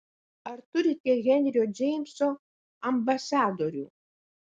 ar turite henrio džeimso ambasadorių